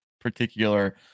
particular